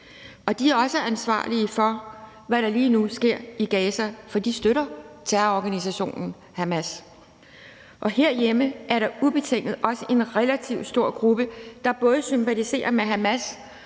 de er også ansvarlige for, hvad der lige nu sker i Gaza, for de støtter terrororganisationen Hamas. Herhjemme er der ubetinget også en relativt stor gruppe, der både sympatiserer med Hamas